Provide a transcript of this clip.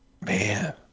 man